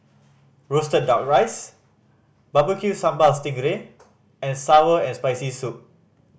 roasted Duck Rice Barbecue Sambal sting ray and sour and Spicy Soup